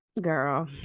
Girl